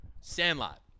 Sandlot